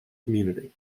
community